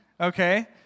Okay